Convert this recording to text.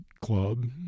club